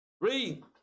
Read